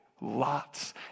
Lots